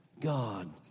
God